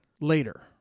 later